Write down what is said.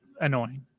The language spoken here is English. annoying